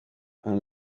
and